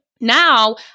Now